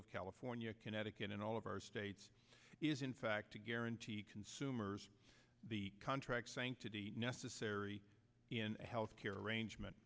of california connecticut and all of our states is in fact to guarantee consumers the contract sanctity necessary in a health care arrangement